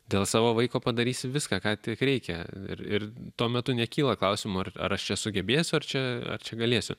dėl savo vaiko padarysi viską ką tik reikia ir ir tuo metu nekyla klausimų ar aš čia sugebėsiu ar čia ar čia galėsiu